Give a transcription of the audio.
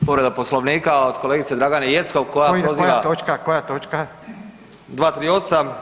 Povreda Poslovnika od kolegice Dragane Jeckov koja proziva [[Upadica Radin: Koja točka, koja točka?]] 238.